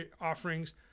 offerings